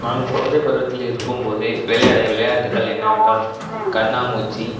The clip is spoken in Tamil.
நான் குழந்தை பருவத்தில் இருக்கும் போது விளையாட விளையாட்டுக்கள் என்னவென்றால் கண்ணாமூச்சி